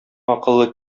акыллы